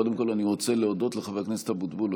קודם כול אני רוצה להודות לחבר הכנסת אבוטבול.